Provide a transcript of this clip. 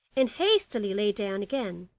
and hastily lay down again.